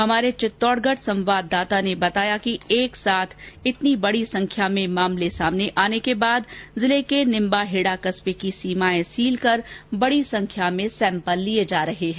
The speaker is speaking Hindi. हमारे चितौड़गढ संवाददाता ने बताया है कि एक साथ बड़ी संख्या में मामले सामने आने के बाद जिले के निम्बाहेड़ा कस्बे की सीमाएं सील कर बड़ी संख्या में सैंपल लिये जा रहे हैं